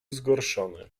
zgorszony